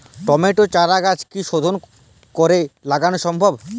টমেটোর চারাগাছ কি শোধন করে লাগানো সম্ভব?